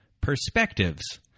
perspectives